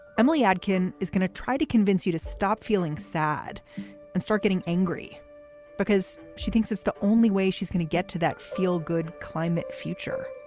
emily adkins is going to try to convince you to stop feeling sad and start getting angry because she thinks it's the only way she's going to get to that feel good climate future.